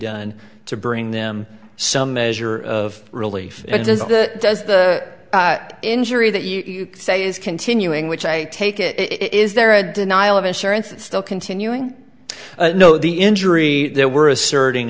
done to bring them some measure of relief does the injury that you say is continuing which i take it is there a denial of insurance still continuing no the injury there were asserting